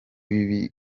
bibi